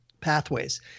pathways